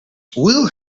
will